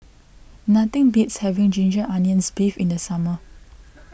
nothing beats having Ginger Onions Beef in the summer